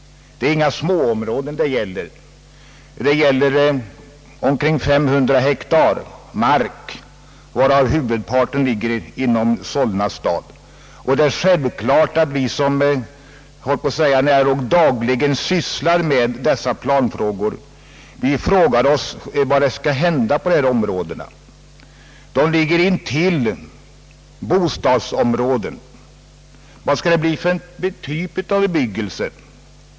Det är inga småområden det gäller — omkring 500 hektar mark, varav huvudparten ligger inom Solna stad. Vi som nära nog dagligen sysslar med dessa planfrågor ställer oss självfallet frågande till vad som skall hända på dessa områden. De ligger intill bostadsområdet. Vad skall det bli för typ av bebyggelse?